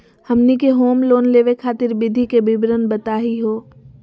हमनी के home loan लेवे खातीर विधि के विवरण बताही हो?